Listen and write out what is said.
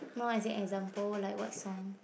no as in example like what song